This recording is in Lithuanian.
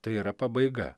tai yra pabaiga